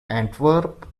antwerp